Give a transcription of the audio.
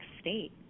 state